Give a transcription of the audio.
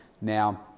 now